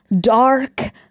dark